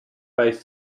face